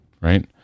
right